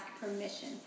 permission